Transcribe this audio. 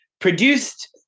produced